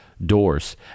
doors